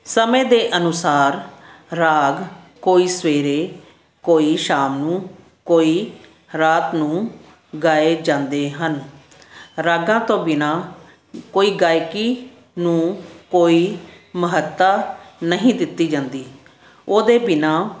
ਸਮੇਂ ਦੇ ਅਨੁਸਾਰ ਰਾਗ ਕੋਈ ਸਵੇਰੇ ਕੋਈ ਸ਼ਾਮ ਨੂੰ ਕੋਈ ਰਾਤ ਨੂੰ ਗਾਏ ਜਾਂਦੇ ਹਨ ਰਾਗਾਂ ਤੋਂ ਬਿਨਾਂ ਕੋਈ ਗਾਇਕੀ ਨੂੰ ਕੋਈ ਮਹੱਤਤਾ ਨਹੀਂ ਦਿੱਤੀ ਜਾਂਦੀ ਉਹਦੇ ਬਿਨਾਂ